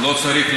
לא צריך.